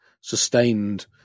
sustained